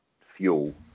fuel